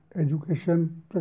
education